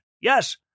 Yes